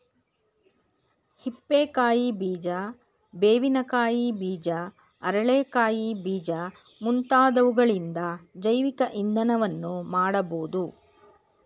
ಹಿಪ್ಪೆ ಕಾಯಿ ಬೀಜ, ಬೇವಿನ ಕಾಯಿ ಬೀಜ, ಅರಳೆ ಕಾಯಿ ಬೀಜ ಮುಂತಾದವುಗಳಿಂದ ಜೈವಿಕ ಇಂಧನವನ್ನು ಮಾಡಬೋದು